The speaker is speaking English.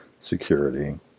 security